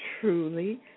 truly